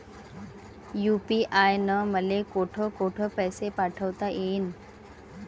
UPI न मले कोठ कोठ पैसे पाठवता येईन?